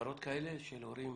מסגרות כאלה של הורים